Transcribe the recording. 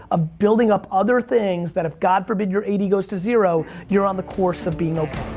ah building up other things, that if god forbid, your eighty goes to zero, you're on the course of being okay.